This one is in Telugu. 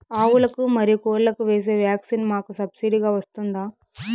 ఆవులకు, మరియు కోళ్లకు వేసే వ్యాక్సిన్ మాకు సబ్సిడి గా వస్తుందా?